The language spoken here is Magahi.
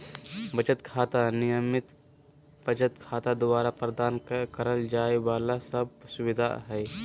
बचत खाता, नियमित बचत खाता द्वारा प्रदान करल जाइ वाला सब सुविधा हइ